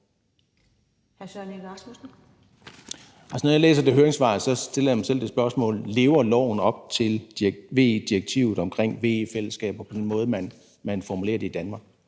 Når jeg læser det høringssvar, stiller jeg mig selv det spørgsmål, om loven lever op til VE-direktivet om VE-fællesskaber på den måde, man formulerer det i Danmark,